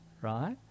right